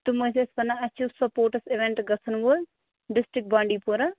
تِم حظ ٲسۍ وَنان اَسہِ چھُ سَپوُرٹس اِوینٛٹ گژھَن وول ڈِسٹرکٹ بانٛڈی پوٗرا